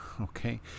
Okay